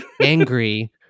angry